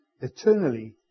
eternally